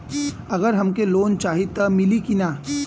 अगर हमके लोन चाही त मिली की ना?